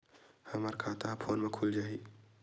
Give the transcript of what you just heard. हमर खाता ह फोन मा खुल जाही?